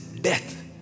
death